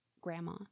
grandma